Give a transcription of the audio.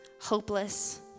hopeless